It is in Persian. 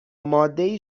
مادهای